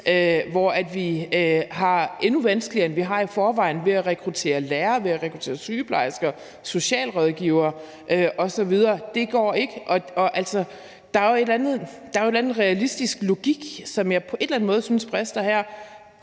hvor vi har endnu vanskeligere, end vi har i forvejen, ved at rekruttere lærere, rekruttere sygeplejersker, rekruttere socialrådgivere osv. Det går ikke. Altså, der er en eller anden realistisk logik, som jeg på en eller anden måde synes brister her.